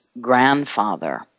grandfather